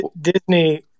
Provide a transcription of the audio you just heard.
Disney